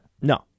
No